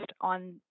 on